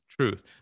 truth